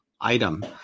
item